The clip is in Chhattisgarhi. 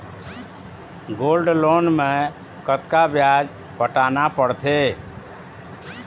गोल्ड लोन मे कतका ब्याज पटाना पड़थे?